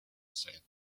said